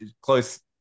close